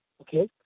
okay